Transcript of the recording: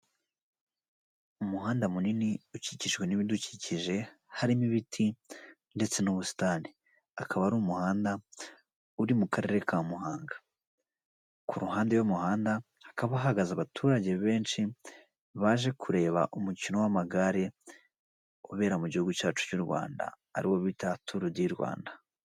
Umuhanda munini ukikijwe n'ibidukikije harimo ibiti ndetse n'ubusitani, akaba ari umuhanda uri mu karere ka Muhanga, ku ruhande rw'umuhanda hakaba hahagaze abaturage benshi baje kureba umukino w'amagare ubera mu gihugu cyacu cy'u Rwanda ariwo bita turu di Rwanda.